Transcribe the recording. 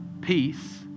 peace